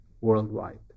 worldwide